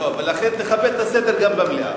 לכן, תכבד את הסדר גם במליאה.